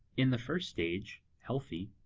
in the first stage, healthy,